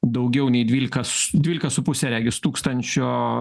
daugiau nei dvylikas dvylika su puse regis tūkstančio